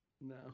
No